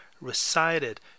recited